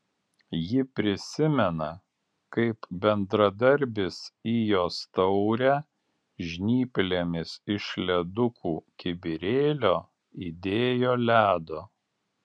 ji prisimena kaip bendradarbis į jos taurę žnyplėmis iš ledukų kibirėlio įdėjo ledo